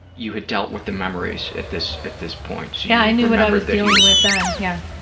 you had dealt with the memories at this at this point? yeah, i knew when i was dealing with then. yeah.